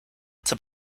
zur